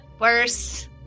worse